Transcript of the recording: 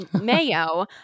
mayo